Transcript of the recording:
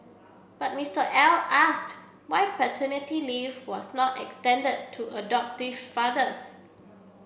but Mr L asked why paternity leave was not extended to adoptive fathers